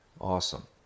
Awesome